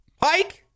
Pike